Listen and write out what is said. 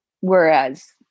Whereas